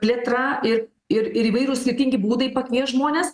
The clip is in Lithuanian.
plėtra ir ir ir įvairūs skirtingi būdai pakviest žmones